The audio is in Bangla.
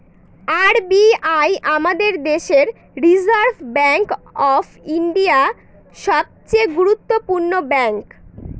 আর বি আই আমাদের দেশের রিসার্ভ ব্যাঙ্ক অফ ইন্ডিয়া, সবচে গুরুত্বপূর্ণ ব্যাঙ্ক